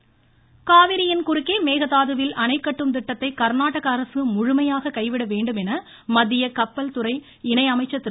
ராதாகிருஷ்ணன் காவிரியின் குறுக்கே மேகதாதுவில் அணை கட்டும் திட்டத்தை கா்நாடக அரசு முழுமையாக கைவிட வேண்டும் என மத்திய கப்பல் துணை இணை அமைச்சர் திரு